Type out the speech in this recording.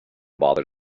bother